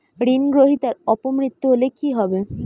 ঋণ গ্রহীতার অপ মৃত্যু হলে কি হবে?